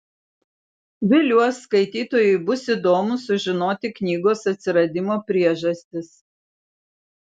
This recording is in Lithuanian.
viliuos skaitytojui bus įdomu sužinoti knygos atsiradimo priežastis